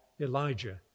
Elijah